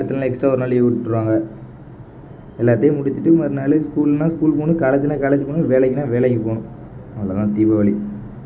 அடுத்த நாள் எக்ஸ்ட்ரா ஒரு நாள் லீவு விட்ருவாங்க எல்லாத்தையும் முடிச்சுட்டு மறுநாள் ஸ்கூல்னா ஸ்கூல் போகணும் காலேஜுனா காலேஜ் போகணும் வேலைக்குனா வேலைக்கு போகணும் அவ்வளோ தான் தீபாவளி